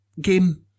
game